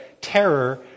terror